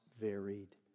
varied